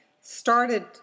started